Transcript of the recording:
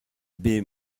baie